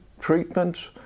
treatment